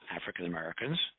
African-Americans